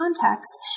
context